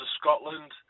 Scotland